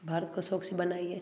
भारत को स्वच्छ बनाइए